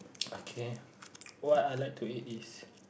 okay what I like to eat is